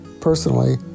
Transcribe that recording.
Personally